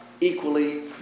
equally